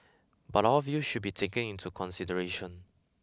but all views should be taken into consideration